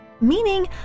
meaning